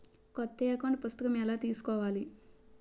కొత్త అకౌంట్ పుస్తకము ఎలా తీసుకోవాలి?